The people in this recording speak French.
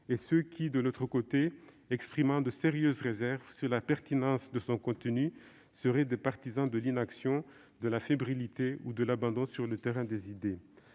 et ceux qui, de l'autre côté, exprimant de sérieuses réserves sur la pertinence de son contenu, seraient des partisans de l'inaction, de la fébrilité ou de l'abandon sur le terrain des idées.